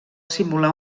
simular